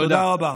תודה רבה.